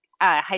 high